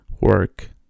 work